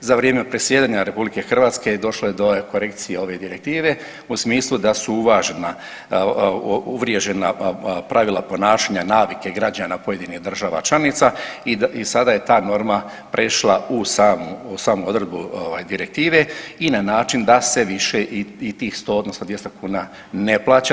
Za vrijeme predsjedanja RH došlo je do korekcije ove direktive u smislu da su uvriježena pravila ponašanja, navike građana pojedinih država članica i sada je ta norma prešla u samu odredbu direktive i na način da se više i tih 100, odnosno 200 kuna ne plaća.